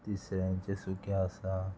तिसऱ्यांचे सुकें आसा